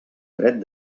dret